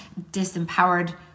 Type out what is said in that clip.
disempowered